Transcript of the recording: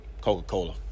Coca-Cola